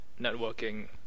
networking